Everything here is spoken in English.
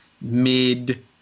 mid